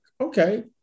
okay